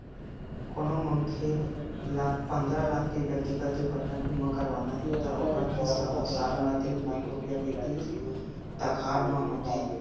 कोनो मनखे ल पंदरा लाख के ब्यक्तिगत दुरघटना बीमा करवाना हे त ओखर किस्त ह साल म तीन लाख रूपिया के तीर तखार म होथे